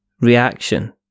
reaction